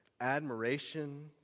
admiration